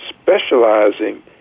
specializing